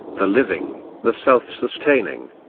the living, the self-sustaining.